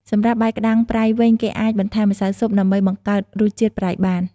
សម្រាប់បាយក្តាំងប្រៃវិញ គេអាចបន្ថែមម្សៅស៊ុបដើម្បីបង្កើតរសជាតិប្រៃបាន។